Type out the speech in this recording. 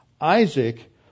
Isaac